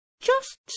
Just